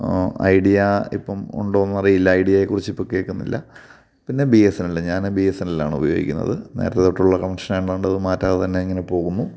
idea ഇപ്പോള് ഉണ്ടോന്നറിയില്ല ഐഡിയായെക്കുറിച്ചിപ്പോള് കേള്ക്കുന്നില്ല പിന്നെ ബി എസ് എൻ എൽ ഞാൻ ബി എസ് എൻ എല്ലാണുപയോഗിക്കുന്നത് നേരത്തെ തൊട്ടുള്ള കണക്ഷനായതുകൊണ്ട് മാറ്റാതെ തന്നെ അങ്ങനെ പോകുന്നു